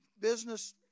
business